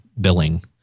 billing